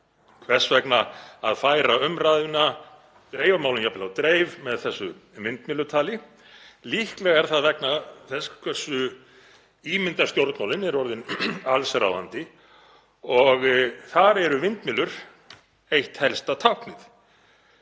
Hvers vegna að færa umræðuna, dreifa málum jafnvel á dreif með þessu vindmyllutali? Líklega er það vegna þess hversu ímyndarstjórnmálin eru orðin allsráðandi og þar eru vindmyllur eitt helsta táknið.